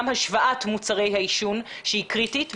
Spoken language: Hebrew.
גם השוואת מוצרי העישון שבעיניי היא קריטית